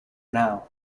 now